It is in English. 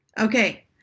okay